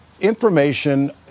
Information